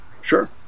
Sure